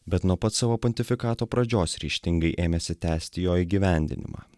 bet nuo pat savo pontifikato pradžios ryžtingai ėmėsi tęsti jo įgyvendinimą